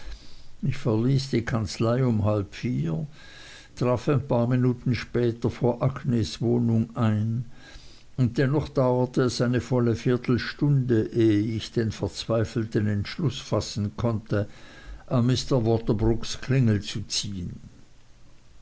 ich verließ die kanzlei um halb vier traf ein paar minuten später vor agnes wohnung ein und dennoch dauerte es eine volle viertelstunde ehe ich den verzweifelten entschluß fassen konnte an mr waterbroocks klingel zu ziehen